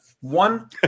one